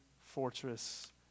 fortress